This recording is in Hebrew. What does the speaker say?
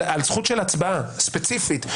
על זכות הצבעה ספציפית.